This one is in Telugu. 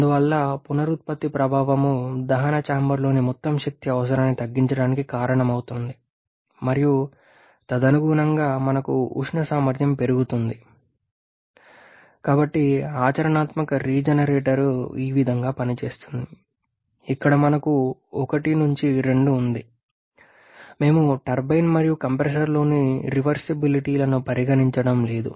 అందువల్ల పునరుత్పత్తి ప్రభావం దహన చాంబర్లోని మొత్తం శక్తి అవసరాన్ని తగ్గించడానికి కారణమవుతుంది మరియు తదనుగుణంగా మనకు ఉష్ణ సామర్థ్యం పెరుగుతుంది కాబట్టి ఆచరణాత్మక రీజెనరేటర్ ఈ విధంగా పనిచేస్తుంది ఇక్కడ మనకు 1 2 ఉంది మేము టర్బైన్ మరియు కంప్రెసర్లోని రివర్సిబిలిటీలను పరిగణించడం లేదు